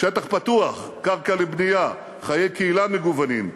שטח פתוח, קרקע לבנייה, חיי קהילה מגוונים,